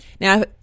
Now